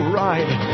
ride